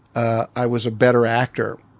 ah i was a better actor.